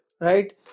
right